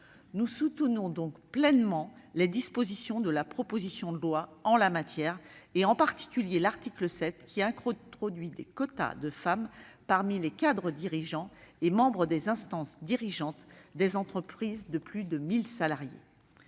Nous soutenons donc pleinement les dispositions de la proposition de loi en la matière, en particulier son article 7, qui introduit des quotas de femmes parmi les cadres dirigeants et les membres des instances dirigeantes des entreprises de plus de 1 000 salariés.